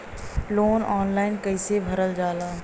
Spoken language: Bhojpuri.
लोन ऑनलाइन कइसे भरल जाला?